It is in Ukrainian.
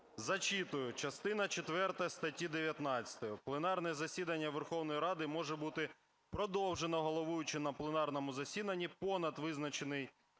Зачитую частина четверта статті 19: "Пленарне засідання Верховної Ради може бути продовжено головуючим на пленарному засіданні понад визначений